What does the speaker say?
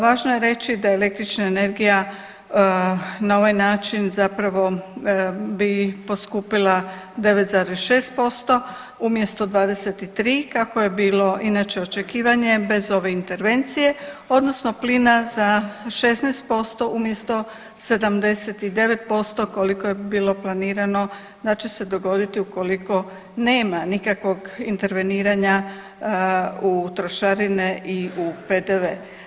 Važno je reći da električna energija na ovaj način zapravo bi poskupila 9,6% umjesto 23 kako je bilo inače očekivanje bez ove intervencije odnosno plina za 16% umjesto 79% koliko je bilo planirano da će se dogoditi ukoliko nema nikakvog interveniranja u trošarine i u PDV.